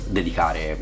dedicare